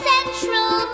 Central